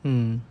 eh